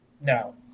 No